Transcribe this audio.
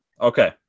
Okay